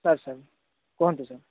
sir sir କୁହନ୍ତୁ sir